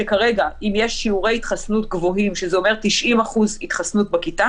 שכרגע אם יש שיעורי התחסנות גבוהים שזה אומר 90% התחסנות בכיתה